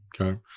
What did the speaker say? Okay